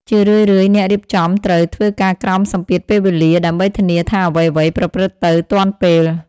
ជារឿយៗអ្នករៀបចំត្រូវ ធ្វើការក្រោមសម្ពាធពេលវេលា ដើម្បីធានាថាអ្វីៗប្រព្រឹត្តទៅទាន់ពេល។